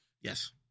Yes